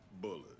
Bullet